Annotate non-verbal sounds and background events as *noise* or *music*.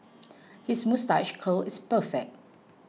*noise* his moustache curl is perfect